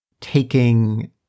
taking